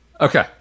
Okay